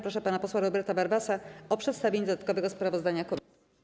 Proszę pana posła Roberta Warwasa o przedstawienie dodatkowego sprawozdania komisji.